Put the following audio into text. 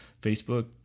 Facebook